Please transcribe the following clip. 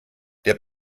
der